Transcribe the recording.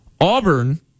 Auburn